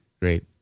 Great